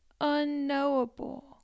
unknowable